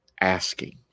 asking